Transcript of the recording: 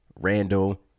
Randall